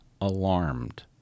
alarmed